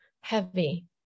heavy